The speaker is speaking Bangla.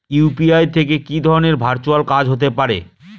ইউ.পি.আই থেকে কি ধরণের ভার্চুয়াল কাজ হতে পারে?